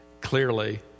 clearly